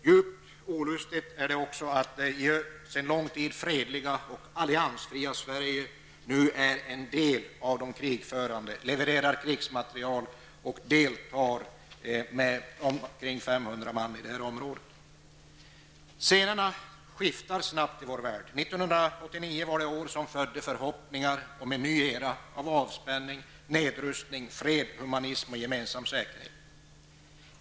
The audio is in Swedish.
Djupt olustigt är det också att det sedan lång tid fredliga och alliansfria Sverige nu utgör en del av de krigförande, leverar krigsmateriel och deltar med omkring 500 man i det aktuella området. Scenerna skiftar snabbt i vår värld. 1989 var det år då förhoppningar föddes om en ny era av avspänning, nedrustning, fred, humanitet och gemensam säkerhet.